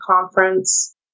conference